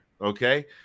okay